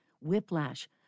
whiplash